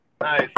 Nice